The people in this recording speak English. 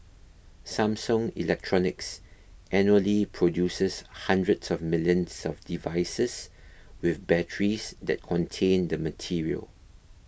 Samsung Electronics annually produces hundreds of millions of devices with batteries that contain the material